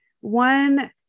One